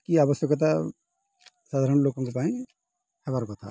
କି ଆବଶ୍ୟକତା ସାଧାରଣ ଲୋକଙ୍କ ପାଇଁ ହେବାର କଥା